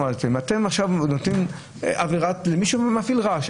אתם נותנים עבירה למי שמפעיל רעש.